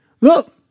look